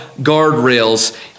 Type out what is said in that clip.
guardrails